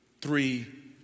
Three